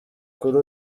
kuri